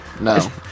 no